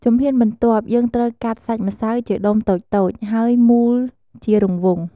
ជំហានបន្ទាប់ យើងត្រូវកាត់សាច់ម្សៅជាដុំតូចៗ ហើយមូលជារង្វង់។